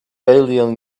alien